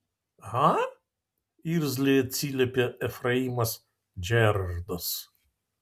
a irzliai atsiliepė efraimas džerardas